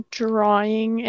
drawing